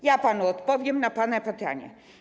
Ja panu odpowiem na pana pytania.